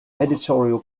editorial